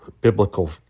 biblical